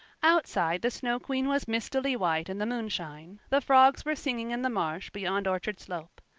outside the snow queen was mistily white in the moonshine the frogs were singing in the marsh beyond orchard slope.